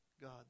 God